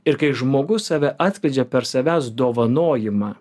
ir kai žmogus save atskleidžia per savęs dovanojimą